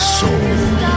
soul